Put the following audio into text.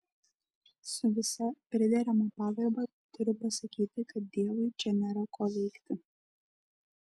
su visa priderama pagarba turiu pasakyti kad dievui čia nėra ko veikti